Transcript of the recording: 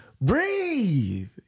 Breathe